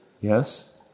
yes